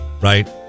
right